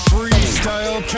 Freestyle